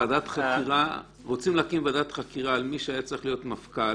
ועדת חקירה על מי שהיה צריך להיות מפכ"ל